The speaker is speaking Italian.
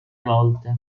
volte